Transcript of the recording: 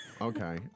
Okay